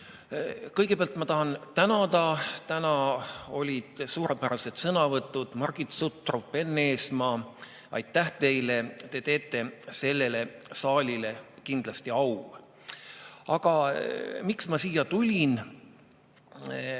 Kõigepealt ma tahan tänada. Täna olid suurepärased sõnavõtud. Margit Sutrop ja Enn Eesmaa, aitäh teile! Te teete sellele saalile kindlasti au. Aga miks ma siia tulin?